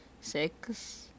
six